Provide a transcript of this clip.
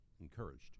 encouraged